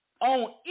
on